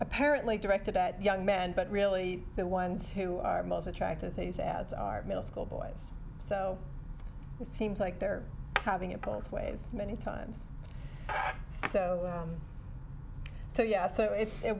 pparently directed at young men but really the ones who are most attractive these ads are middle school boys so it seems like they're having it both ways many times so yeah so if it